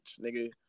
nigga